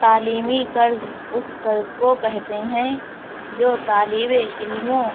تعلیمی قرض اس قرض کو کہتے ہیں جو طالب علموں